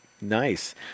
Nice